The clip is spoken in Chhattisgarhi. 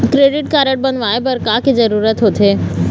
क्रेडिट कारड बनवाए बर का के जरूरत होते?